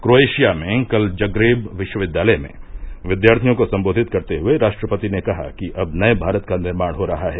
Croatia में कल Zagreb विश्वविद्यालय में विद्यार्थियों को संबोधित करते हुए राष्ट्रपति ने कहा कि अब नये भारत का निर्माण हो रहा है